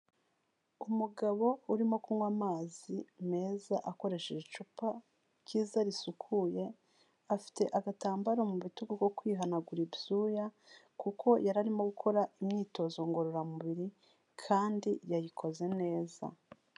Umugabo urimo kunywa amazi meza akoresheje icupa ryiza risukuye, afite agatambaro mu bitugu ko kwihanagura ibyuya kuko yari arimo gukora imyitozo ngororamubiri kandi yayikoze neza.